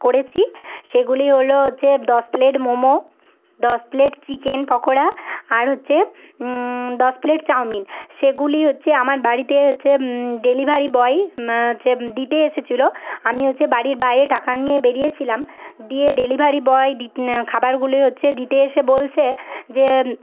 করেছি সেগুলি হল হচ্ছে দশ প্লেট মোমো দশ প্লেট চিকেন পকোড়া আর হচ্ছে দশ প্লেট চাউমিন সেগুলি হচ্ছে আমার বাড়িতে হচ্ছে ডেলিভারি বয় হচ্ছে দিতে এসেছিল আমি হচ্ছে বাড়ির বাইরে টাকা নিয়ে বেড়িয়েছিলাম দিয়ে ডেলিভারি বয় খাবারগুলি হচ্ছে দিতে এসে বলছে যে